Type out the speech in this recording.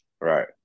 right